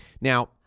Now